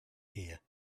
here